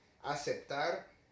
aceptar